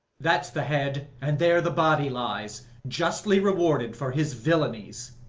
that's the head, and there the body lies, justly rewarded for his villanies.